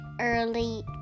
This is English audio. early